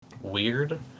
weird